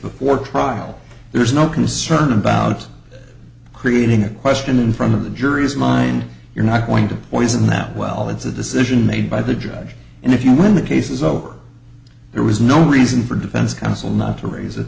before trial there's no concern about creating a question in front of the jury's mind you're not going to poison that well it's a decision made by the judge and if you want the case is over there was no reason for defense counsel not to raise it